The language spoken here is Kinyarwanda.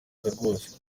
rwose